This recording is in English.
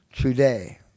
today